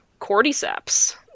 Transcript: Cordyceps